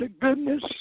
goodness